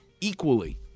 equally